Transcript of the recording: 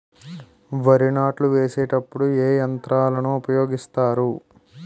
వరి నాట్లు వేసేటప్పుడు ఏ యంత్రాలను ఉపయోగిస్తారు?